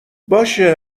باشه